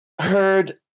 heard